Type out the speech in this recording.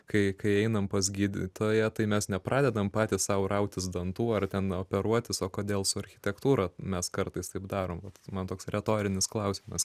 kai kai einam pas gydytoją tai mes nepradedam patys sau rautis dantų ar ten operuotis o kodėl su architektūra mes kartais taip darom vat man toks retorinis klausimas